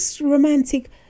romantic